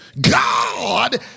God